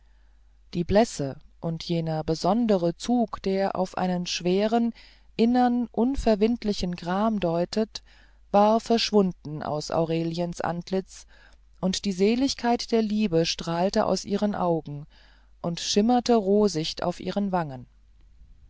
die blässe und jener besondere zug der auf einen schweren innern unverwindlichen gram deutet war verschwunden aus aureliens antlitz und die seligkeit der liebe strahlte aus ihren augen schimmerte rosicht auf ihren wangen